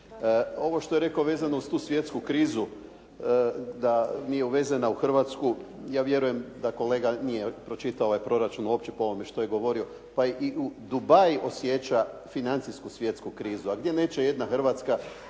Ovo što je rekao vezano uz tu svjetsku krizu da nije uvezena u Hrvatsku ja vjerujem da kolega nije pročitao ovaj proračun uopće po ovome što je govorio. Pa i Dubai osjeća financijsku svjetsku krizu a gdje neće jedna Hrvatska